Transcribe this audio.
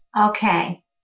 Okay